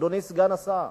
אדוני סגן השר.